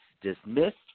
Dismissed